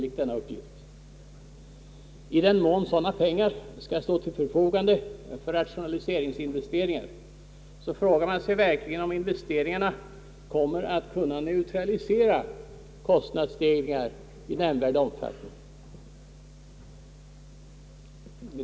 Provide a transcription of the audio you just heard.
I den mån sådana pengar skall stå till förfogande för rationaliseringsinvesteringar, frågar man sig verkligen om investeringarna kommer att kunna neutralisera kostnadsstegringarna i nämnvärd omfattning.